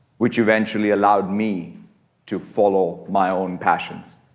which eventually allowed me to follow my own passions.